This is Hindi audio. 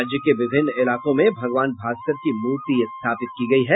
राज्य के विभिन्न इलाकों में भगवान भास्कर की मूर्ति स्थापित की गयी है